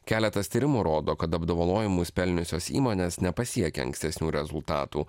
keletas tyrimų rodo kad apdovanojimus pelniusios įmonės nepasiekė ankstesnių rezultatų